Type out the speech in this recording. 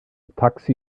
taxi